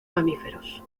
mamíferos